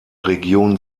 region